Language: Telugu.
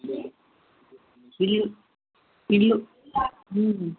ఇల్లు ఇల్లు